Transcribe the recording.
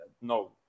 No